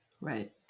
Right